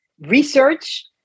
research